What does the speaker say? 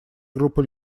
группа